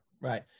Right